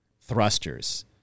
thrusters